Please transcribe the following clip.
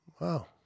Wow